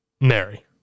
Mary